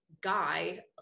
guy